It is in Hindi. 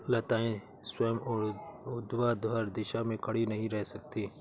लताएं स्वयं ऊर्ध्वाधर दिशा में खड़ी नहीं रह सकती